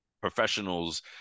professionals